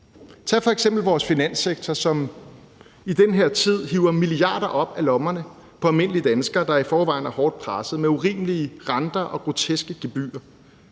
Tag f.eks. vores finanssektor, som i den her tid hiver milliarder op af lommerne på almindelige dansker, der i forvejen er hårdt presset af urimelige renter og groteske gebyrer.